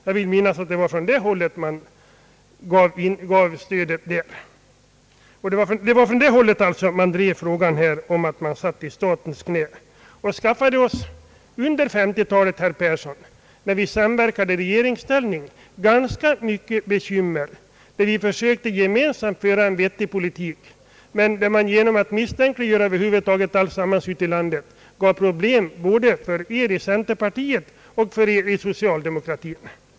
Jag vill minnas att det var från detta håll aktionen drevs om att man satt i statens knä. Under 1950-talet skapade det ganska mycket bekymmer, herr Persson, när vi var i regeringsställning och gemensamt sökte föra en vettig politik som misstänkliggjordes ute i landet. Det skapade problem både för oss i centerpartiet och för er i socialdemokratin.